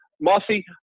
Mossy